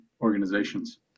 organizations